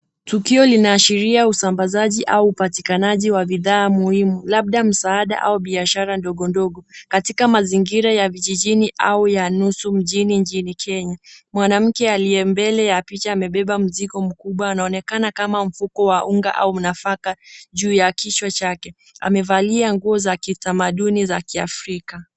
Tukio linaashiria usambazaji au upatikanaji wa bidhaa muhimu, labda msaada au biashara ndogo ndogo, katika mazingira ya vijijini au ya nusu mjini nchini Kenya. Mwanamke aliye mbele ya picha, amebeba mzigo mkubwa anaonekana kama mfuko wa unga au nafaka, juu ya kichwa chake. Amevalia nguo za kitamaduni za kiafrika.